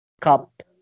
cup